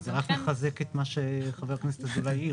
זה רק מחזק את מה שחבר הכנסת אזולאי העיר.